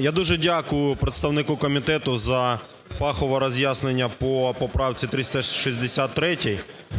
Я дуже дякую представнику комітету за фахове роз'яснення по поправці 363.